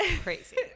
crazy